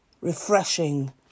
refreshing